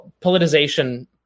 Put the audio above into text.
politicization